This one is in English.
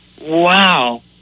wow